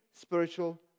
spiritual